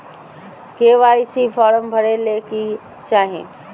KYC form भरे ले कि चाही?